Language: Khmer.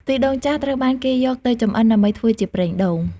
ខ្ទិះដូងចាស់ត្រូវបានគេយកទៅចម្អិនដើម្បីធ្វើជា ប្រេងដូង។